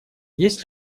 есть